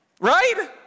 Right